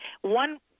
One